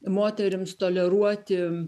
moterims toleruoti